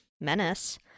menace